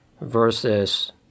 versus